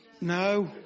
No